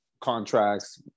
contracts